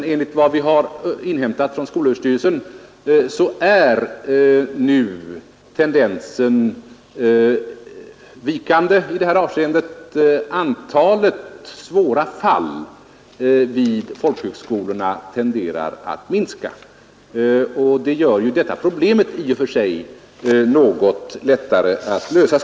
Enligt vad vi har inhämtat från skolöverstyrelsen är tendensen vikande i det här avseendet. Antalet svåra fall vid folkhögskolorna tenderar att minska. och detta gör att problemet är något lättare att lösa.